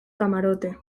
camarote